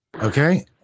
okay